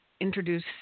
introduce